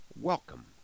welcome